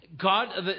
God